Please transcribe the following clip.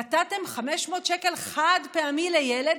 נתתם 500 שקל חד-פעמי לילד,